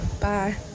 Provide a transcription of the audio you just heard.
Bye